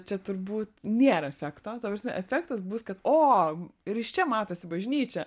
čia turbūt nėra efekto ta prasme efektas bus kad o ir iš čia matosi bažnyčia